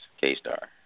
K-Star